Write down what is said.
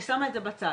אני שמה את זה בצד,